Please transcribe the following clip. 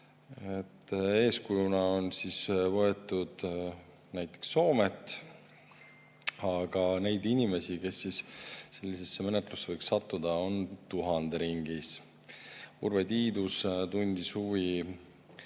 eeskujuna on võetud näiteks Soomet. Aga neid inimesi, kes sellisesse menetlusse võiks sattuda, on tuhande ringis. Urve Tiidus tundis huvi,